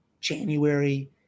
January